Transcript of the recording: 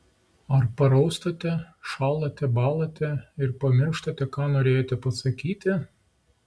ar paraustate šąlate bąlate ir pamirštate ką norėjote pasakyti